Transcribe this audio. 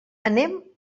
anem